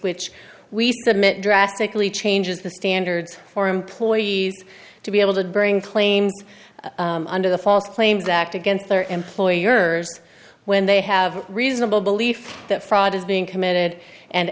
which we submit drastically changes the standards for employees to be able to bring claims under the false claims act against their employers when they have reasonable belief that fraud is being committed and